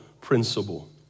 principle